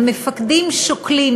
המפקדים שוקלים,